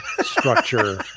structure